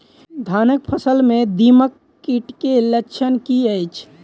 धानक फसल मे दीमक कीट केँ लक्षण की अछि?